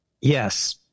Yes